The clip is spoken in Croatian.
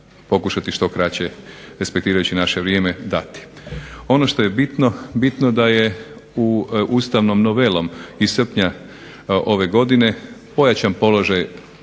pokušati što kraće respektirajući naše vrijeme dati. Ono što je bitno, bitno je da je ustavnom novelom iz srpnja ove godine pojačan položaj